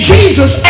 Jesus